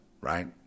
right